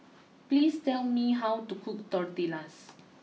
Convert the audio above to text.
please tell me how to cook Tortillas